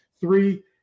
three